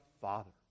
father